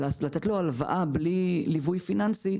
לתת לו הלוואה בלי ליווי פיננסי,